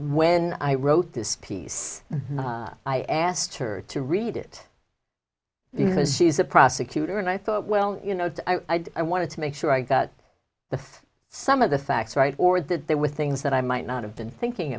when i wrote this piece i asked her to read it because she's a prosecutor and i thought well you know i wanted to make sure i got some of the facts right or that there were things that i might not have been thinking